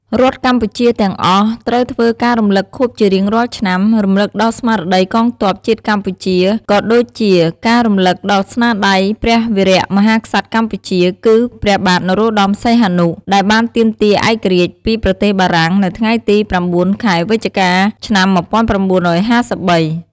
រដ្ឋការកម្ពុជាទាំងអស់ត្រូវធ្វើការរំលឹកខួបជារៀងរាល់ឆ្នាំ រំំលឹកដល់ស្មារតីកងទ័ពជាតិកម្ពុជា ក៏ដូចជាការរំលឹកដល់ស្នាដៃព្រះវីរៈមហាក្សត្រកម្ពុជា គឺព្រះបាទនរោត្តមសហនុ ដែលបានទាមទារឯករាជ្យពីប្រទេសបារាំង នៅថ្ងៃទី ៩ ខែវិច្ឆិកា ឆ្នាំ ១៩៥៣ ។